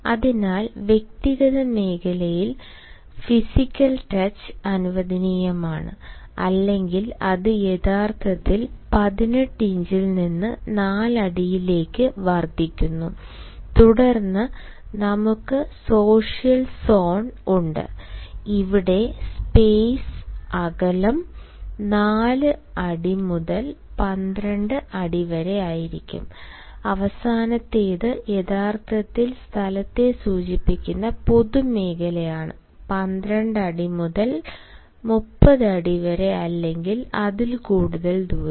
അതിനാൽ വ്യക്തിഗത മേഖലയിൽ ഫിസിക്കൽ ടച്ച് അനുവദനീയമാണ് അല്ലെങ്കിൽ അത് യഥാർത്ഥത്തിൽ 18 ഇഞ്ചിൽ നിന്ന് 4 അടിയിലേക്ക് വർദ്ധിക്കുന്നു തുടർന്ന് നമുക്ക് സോഷ്യൽ സോൺ ഉണ്ട് അവിടെ സ്പേസ് അകലം 4 അടി മുതൽ 12 അടി വരെ ആയിരിക്കും അവസാനത്തേത് യഥാർത്ഥത്തിൽ സ്ഥലത്തെ സൂചിപ്പിക്കുന്ന പൊതുമേഖലയാണ് 12 അടി മുതൽ 30 അടി വരെ അല്ലെങ്കിൽ അതിൽ കൂടുതൽ ദൂരം